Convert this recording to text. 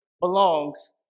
belongs